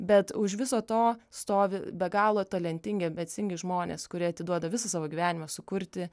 bet už viso to stovi be galo talentingi ambicingi žmonės kurie atiduoda visą savo gyvenimą sukurti